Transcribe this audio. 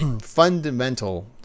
fundamental